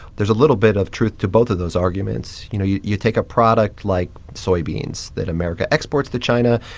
there's a little bit of truth to both of those arguments. you know, you you take a product like soybeans that america exports to china.